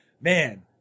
man